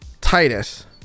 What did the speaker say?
Titus